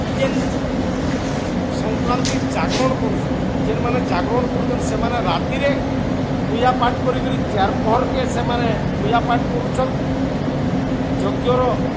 ଇ ଯେନ୍ ସଂକ୍ରାନ୍ତି ଜାଗ୍ରଣ କରୁଛନ୍ ଯେନ୍ମାନେ ଜାଗ୍ରଣ କରୁଛନ୍ ସେମାନେ ରାତିରେ ପୂଜାପାଠ କରିକିରି ଚାର ପହରକେ ସେମାନେ ପୂଜାପାଠ କରୁଛନ୍ ଯଜ୍ଞର